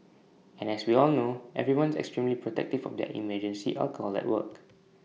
and as we all know everyone is extremely protective for their emergency alcohol at work